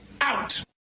out